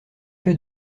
fait